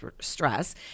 stress